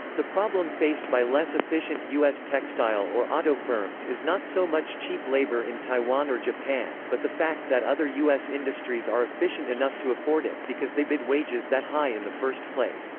the problem faced by less efficient u s. textile or auto firms is not so much cheap labor in taiwan or japan, but the fact that other u s. industries are efficient enough to afford it, because they bid wages that high in the first place.